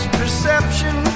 perception